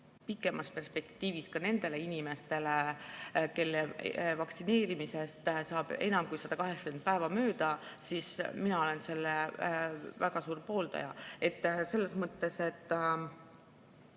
pikemas perspektiivis ka nendele inimestele, kelle vaktsineerimisest saab enam kui 180 päeva mööda, siis mina olen selle väga suur pooldaja. Sellest